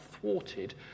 thwarted